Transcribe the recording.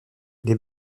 les